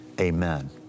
Amen